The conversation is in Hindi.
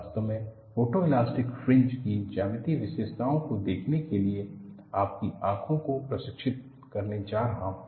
वास्तव में मैं फोटोएलास्टिक फ्रिंज की ज्यामितीय विशेषताओं को देखने के लिए आपकी आंखों को प्रशिक्षित करने जा रहा हूं